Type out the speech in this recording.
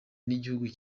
n’igihugu